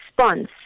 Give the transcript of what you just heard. response